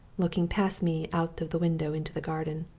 looking past me out of the window into the garden.